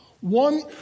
One